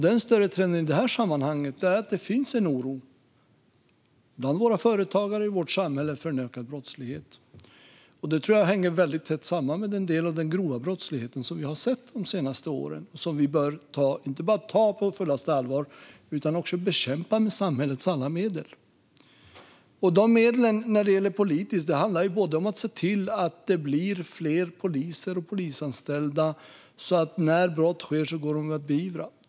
Den större trenden i detta sammanhang är att det finns en oro bland företagarna i vårt samhälle för en ökad brottslighet, och det tror jag hänger väldigt tätt samman med en del av den grova brottslighet som vi har sett de senaste åren och som vi inte bara bör ta på fullaste allvar utan också bör bekämpa med samhällets alla medel. De politiska medlen handlar om att se till att det blir fler poliser och polisanställda så att de brott som sker kan beivras.